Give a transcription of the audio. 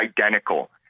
identical